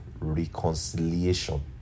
reconciliation